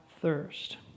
thirst